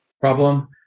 problem